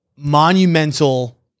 monumental